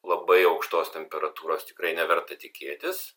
labai aukštos temperatūros tikrai neverta tikėtis